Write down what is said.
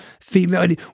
female